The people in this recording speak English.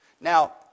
Now